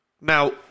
Now